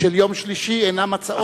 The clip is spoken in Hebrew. של יום שלישי אינן הצעות מוקדמות.